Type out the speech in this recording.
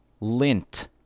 Lint